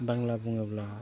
बांग्ला बुङोब्ला